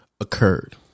occurred